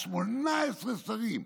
18 שרים,